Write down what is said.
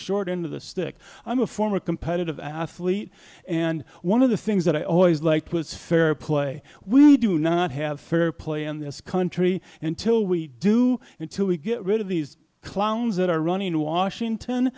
short end of the stick i'm a former competitive athlete and one of the things that i always liked was fair play we do not have fair play in this country until we do until we get rid of these clowns that are running in washington